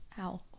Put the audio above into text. Ow